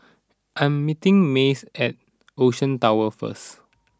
I am meeting Mace at Ocean Towers first